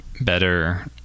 better